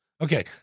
Okay